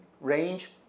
range